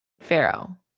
pharaoh